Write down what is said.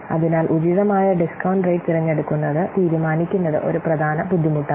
അതിനാൽ ഉചിതമായ discount rate തിരഞ്ഞെടുക്കുന്നത് തീരുമാനിക്കുന്നത് ഒരു പ്രധാന ബുദ്ധിമുട്ടാണ്